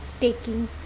taking